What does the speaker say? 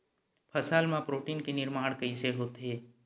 फसल मा प्रोटीन के निर्माण कइसे होथे?